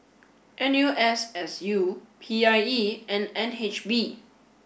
N U S S U P I E and N H B